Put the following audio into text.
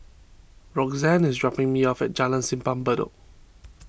Roxann is dropping me off at Jalan Simpang Bedok